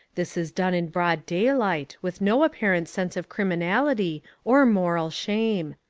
this is done in broad daylight with no apparent sense of criminality or moral shame.